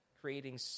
creating